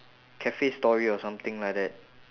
cafe story or something like that